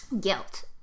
guilt